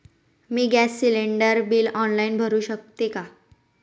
मी gas cylinder bill online भरु शकते का?